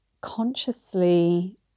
consciously